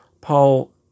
Paul